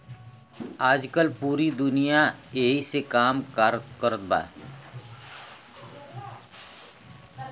आजकल पूरी दुनिया ऐही से काम कारत बा